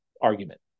argument